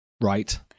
Right